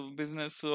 business